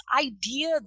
idea